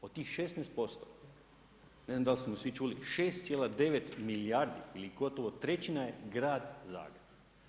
Od tih 16%, ne znam dal' su me svi čuli, 16,9 milijardi ili gotovo trećina je grad Zagreb.